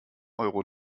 euro